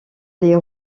les